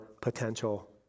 potential